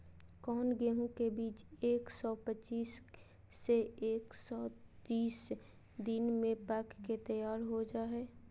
कौन गेंहू के बीज एक सौ पच्चीस से एक सौ तीस दिन में पक के तैयार हो जा हाय?